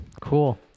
Cool